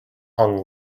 hung